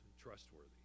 trustworthy